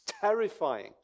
terrifying